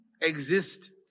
exist